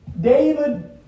David